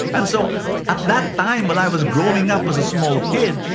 and so um at that time, while i was growing up as a small kid,